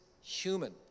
human